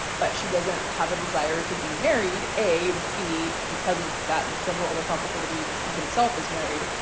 but she doesn't have a desire to be married a, b because of that and several other complicated reasons, he himself is married.